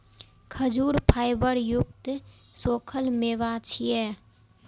खजूर फाइबर युक्त सूखल मेवा छियै